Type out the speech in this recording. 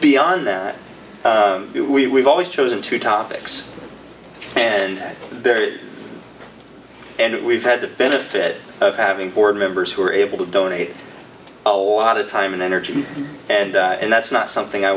beyond that we always chosen to topics and there is and we've had the benefit of having board members who are able to donate a lot of time and energy and and that's not something i